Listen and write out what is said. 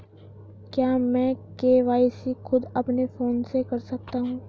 क्या मैं के.वाई.सी खुद अपने फोन से कर सकता हूँ?